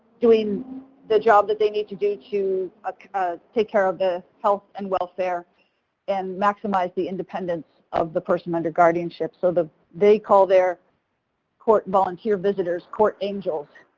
doing the job that they need to do to take care of the health and welfare and maximize the independence of the person under guardianship. so they call their court volunteer visitors court angels.